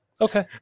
Okay